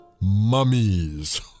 mummies